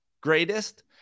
greatest